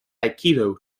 aikido